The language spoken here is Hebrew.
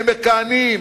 הם מכהנים,